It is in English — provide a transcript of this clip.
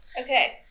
Okay